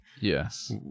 Yes